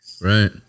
Right